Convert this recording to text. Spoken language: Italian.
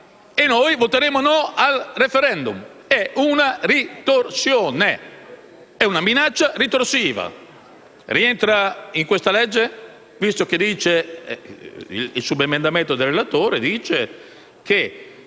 e noi voteremo «no» al *referendum*: è una ritorsione. È una minaccia ritorsiva. Rientra in questa legge, visto che un emendamento del relatore prevede